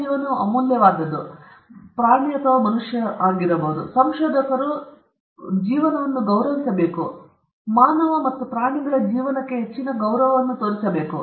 ಜೀವನವು ಅಮೂಲ್ಯವಾದುದು ಏಕೆಂದರೆ ಇದು ಮುಖ್ಯವಾದುದು ಮತ್ತು ಸಂಶೋಧಕರು ಜೀವನವನ್ನು ಗೌರವಿಸಬೇಕು ಮಾನವ ಮತ್ತು ಪ್ರಾಣಿಗಳ ಜೀವನಕ್ಕೆ ಹೆಚ್ಚಿನ ಗೌರವವನ್ನು ತೋರಿಸಬೇಕು